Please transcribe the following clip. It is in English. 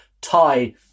tie